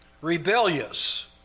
rebellious